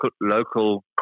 local